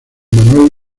manuel